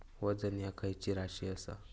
वजन ह्या खैची राशी असा?